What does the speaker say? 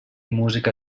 música